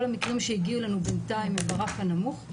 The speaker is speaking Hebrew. כל המקרים שהגיעו אלינו בינתיים הם ברף הנמוך,